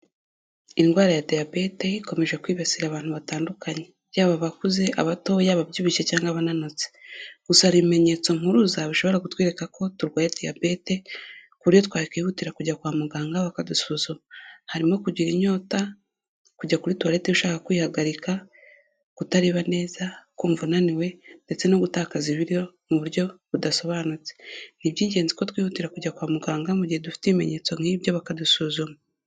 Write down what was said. Indwara ya diyabete ikomeje kwibasira abantu batandukanye. Yaba abakuze, abatoya, ababyibushye cyangwa abananutse. Gusa hari ibimenyetso mpuruza bishobora kutwereka ko turwaye diyabete ku buryo twakwihutira kujya kwa muganga bakadusuzuma. Harimo kugira inyota, kujya kuri tuwarete ushaka kwihagarika, kutareba neza, kumva unaniwe ndetse no gutakaza ibiro mu buryo budasobanutse. Ni iby'ingenzi ko twihutira kujya kwa muganga mu gihe dufite ibimenyetso nk'ibyo bakadusuzuma.